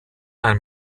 einem